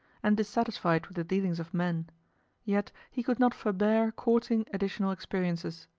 and dissatisfied with the dealings of men yet he could not forbear courting additional experiences.